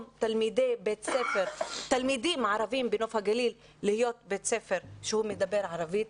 תלמידים ערבים בנוף הגליל להיות בבית ספר שמדבר ערבית.